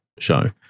Show